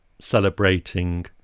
celebrating